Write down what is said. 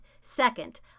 Second